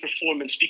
performance